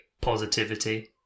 positivity